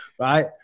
right